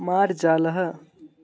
मार्जालः